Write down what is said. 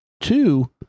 two